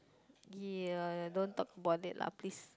ya don't talk about that lah please